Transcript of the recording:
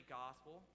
gospel